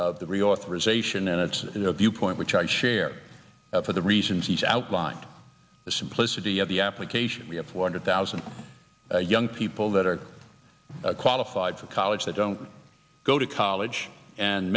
it's their viewpoint which i share for the reasons he's outlined the simplicity of the application we have four hundred thousand young people that are qualified for college that don't go to college and